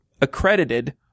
accredited